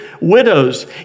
widows